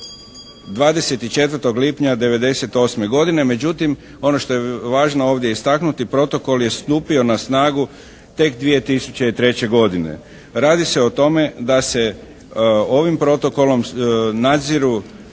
24. lipnja 1998. godine. Međutim ono što je važno ovdje istaknuti protokol je stupio na snagu tek 2003. godine. Radi se o tome da se ovim protokolom nadziru